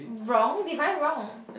wrong define wrong